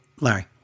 Larry